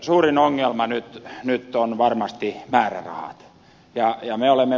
suurin ongelma nyt on varmasti määrärahat